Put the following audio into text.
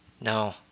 No